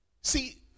See